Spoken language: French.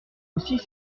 aussi